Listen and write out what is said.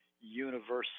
universal